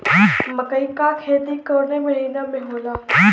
मकई क खेती कवने महीना में होला?